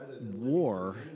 war